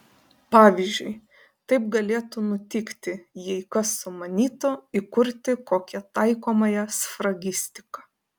pavyzdžiui taip galėtų nutikti jei kas sumanytų įkurti kokią taikomąją sfragistiką